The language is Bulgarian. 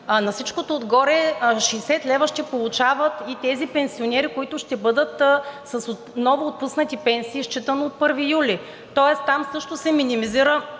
на всичко отгоре 60 лв. ще получават и тези пенсионери, които ще бъдат с новоотпуснати пенсии, считано от 1 юли. Тоест там също се минимизира